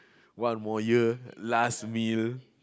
one more year last meal